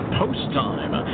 post-time